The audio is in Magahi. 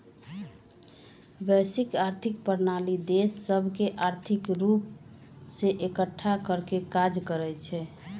वैश्विक आर्थिक प्रणाली देश सभके आर्थिक रूप से एकठ्ठा करेके काज करइ छै